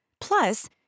Plus